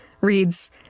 reads